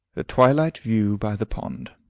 the twilight view by the pond.